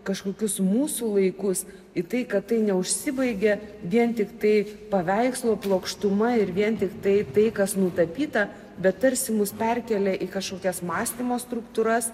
kažkokius mūsų laikus į tai kad tai neužsibaigė vien tiktai paveikslo plokštuma ir vien tiktai tai kas nutapyta bet tarsi mus perkelia į kažkokias mąstymo struktūras